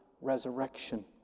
resurrection